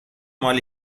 مال